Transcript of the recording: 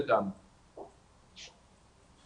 אני חייבת לחזור רגע למילה אחת שאמרה חברת